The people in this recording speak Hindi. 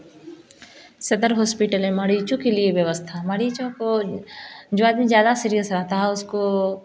सदर हॉस्पिटल में मरीजों के लिए व्यवस्था मरीजों को जो आदमी ज़्यादा सीरियस रहता है उसको